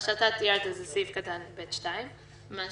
מה שאתה תיארת זה סעיף קטן ב(2) ומה